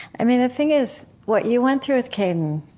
i mean the thing is, what you went through with kaidin